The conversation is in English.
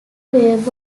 wave